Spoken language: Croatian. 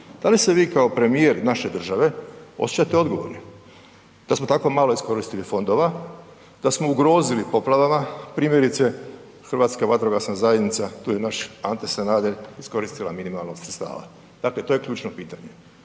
da li se vi kao premijer naše države osjećate odgovornim da smo tako malo iskoristili fondova, da smo ugrozili poplavama, primjerice, Hrvatska vatrogasna zajednica, tu je naš Ante Sanader, iskoristila minimalno sredstava. Dakle, to je ključno pitanje.